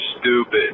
stupid